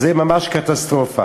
זה ממש קטסטרופה.